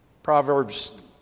Proverbs